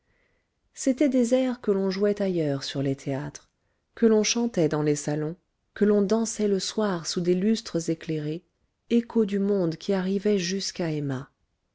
c'étaient des airs que l'on jouait ailleurs sur les théâtres que l'on chantait dans les salons que l'on dansait le soir sous des lustres éclairés échos du monde qui arrivaient jusqu'à emma